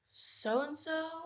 So-and-so